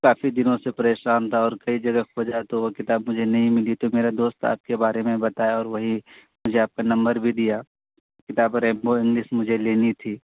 کافی دنوں سے پریشان تھا اور کئی جگہ کھوجا تو وہ کتاب مجھے نہیں ملی تو میرا دوست آپ کے بارے میں بتایا اور وہی مجھے آپ کا نمبر بھی دیا کتاب ریمبو انگلش مجھے لینی تھی